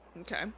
Okay